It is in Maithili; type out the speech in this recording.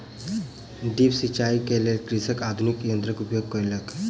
ड्रिप सिचाई के लेल कृषक आधुनिक यंत्रक उपयोग केलक